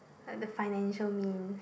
like the financial means